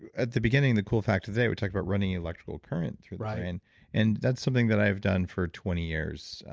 at the beginning the cool factor there, we talked about running electrical current through the brain and that's something that i've done for twenty years.